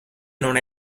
non